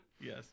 Yes